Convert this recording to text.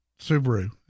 Subaru